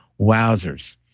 Wowzers